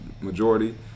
majority